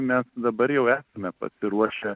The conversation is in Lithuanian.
mes dabar jau esame pasiruošę